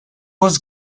was